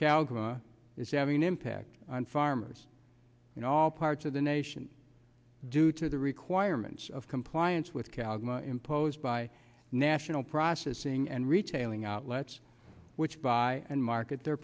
an impact on farmers in all parts of the nation due to the requirements of compliance with calgary imposed by national processing and retailing outlets which by and market their